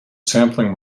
sampling